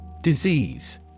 Disease